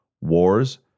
wars